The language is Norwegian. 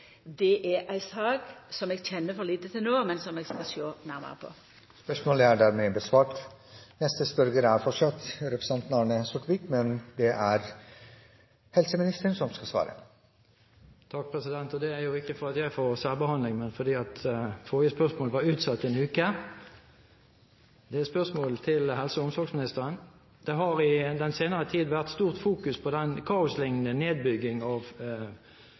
Det er ei sak som eg kjenner for lite til no, men som eg skal sjå nærmare på. Neste spørrer er fortsatt Arne Sortevik, men det er helseministeren som skal svare. Det er ikke fordi jeg får særbehandling, men fordi forrige spørsmål ble utsatt en uke. Det er et spørsmål til helse- og omsorgsministeren. «Det har i den senere tid vært stort fokus på den kaoslignende nedbygging av